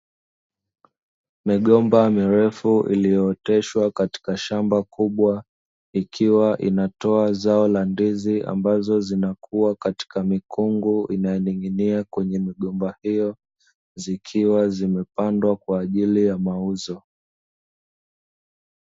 Migomba mirefu iliyooteshwa katika shamba kubwa, ikiwa inatoa zao la ndizi ambazo zinakuwa katika mikungu inayoning’inia kwenye migomba hiyo, zikiwa zimepandwa kwa ajili ya mauzo.